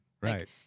Right